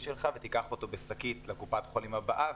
שלך ותיקח אותו בשקים לקופת החולים הבאה,